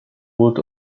put